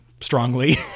strongly